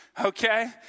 okay